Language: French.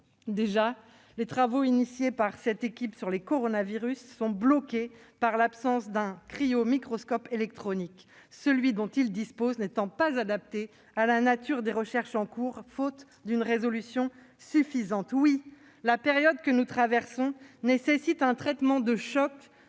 les travaux lancés par cette équipe sur les coronavirus sont-ils bloqués par l'absence d'un cryo-microscope électronique ? Le microscope dont ils disposent actuellement n'est pas adapté à la nature des recherches en cours, faute d'une résolution suffisante. Oui, la période que nous traversons nécessite un traitement de choc